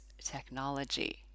technology